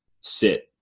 sit